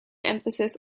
emphasis